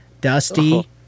Dusty